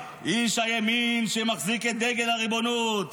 איש הימין שמחזיק את דגל הריבונות.